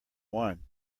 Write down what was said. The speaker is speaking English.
one